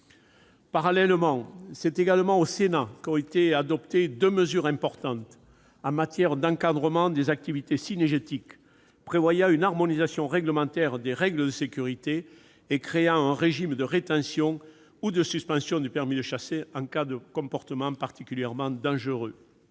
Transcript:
Parallèlement, c'est également au Sénat qu'ont été adoptées deux mesures importantes en matière d'encadrement des activités cynégétiques, prévoyant une harmonisation réglementaire des règles de sécurité et créant un régime de rétention ou de suspension du permis de chasser en cas de comportement particulièrement dangereux.